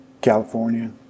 California